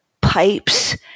pipes